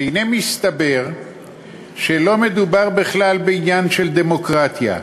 והנה מסתבר שלא מדובר בכלל בעניין של דמוקרטיה.